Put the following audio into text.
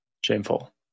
Shameful